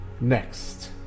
next